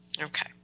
Okay